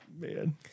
man